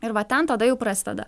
ir va ten tada jau prasideda